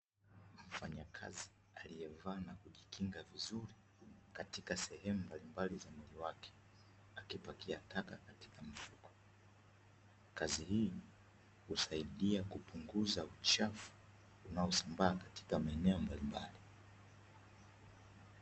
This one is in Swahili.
Mfanyakazi aliyevaa na kujikinga vizuri katika sehemu mbalimbali za mwili wake; akipakia taka katika mfuko. Kazi hiyo husaidia kupunguza uchafu unaosambaa katika maeneo mbalimbali.